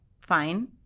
fine